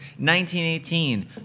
1918